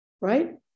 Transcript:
right